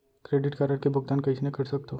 Credit card के भुगतान कईसने कर सकथो?